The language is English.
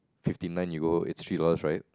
fifty nine you know it's three dollars right